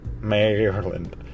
Maryland